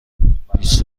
بیست